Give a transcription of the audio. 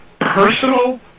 personal